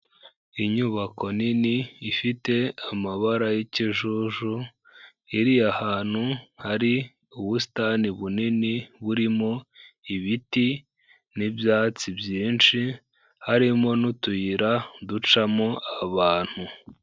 Inyubako nini ifite amabara y'ikijuju, iri ahantu hari ubusitani bunini, burimo ibiti n'ibyatsi byinshi, harimo n'utuyira ducamo abantu.